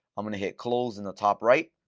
i'm going to hit close in the top right.